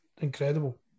incredible